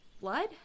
Blood